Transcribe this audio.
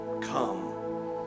Come